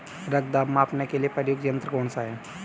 रक्त दाब मापने के लिए प्रयुक्त यंत्र कौन सा है?